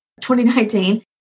2019